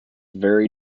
very